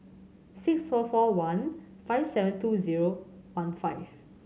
six four four one five seven two zero one five